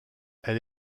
elle